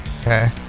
Okay